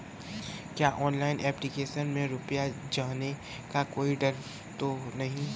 क्या online application में रुपया जाने का कोई डर तो नही है?